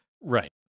Right